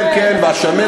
כן, כן, והשמנת.